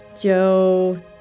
Joe